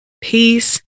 peace